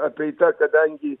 apeita kadangi